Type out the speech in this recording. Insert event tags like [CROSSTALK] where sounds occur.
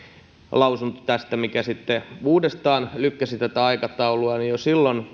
lausunto tästä mikä sitten uudestaan lykkäsi tätä aikataulua niin jo silloin [UNINTELLIGIBLE]